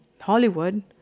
Hollywood